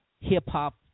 hip-hop